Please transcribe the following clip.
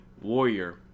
Warrior